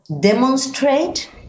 demonstrate